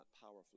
powerfully